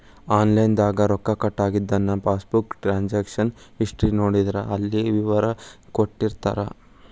online ದಾಗ ರೊಕ್ಕ cut ಆಗಿದನ್ನ ಪಾಸ್ಬುಕ್ ಟ್ರಾನ್ಸಕಶನ್ ಹಿಸ್ಟಿ ನೋಡಿದ್ರ ಅಲ್ಲೆ ವಿವರ ಕೊಟ್ಟಿರ್ತಾರ